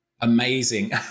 Amazing